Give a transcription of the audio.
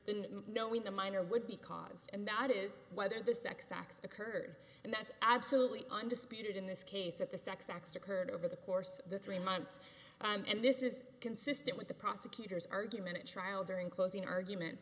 versus knowing the minor would be cause and that is whether the sex acts occurred and that's absolutely undisputed in this case at the sex acts occurred over the course of the three months and this is consistent with the prosecutors argue minute trial during closing argument